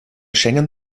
schengen